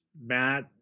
Matt